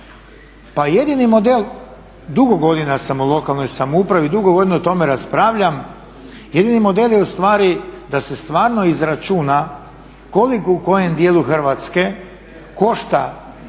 Pa jedini model, dugo godina sam u lokalnoj samoupravi i dugo godina o tome raspravljam, jedini model je ustvari da se stvarno izračuna koliko u kojem dijelu Hrvatske košta taj